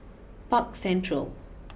Park Central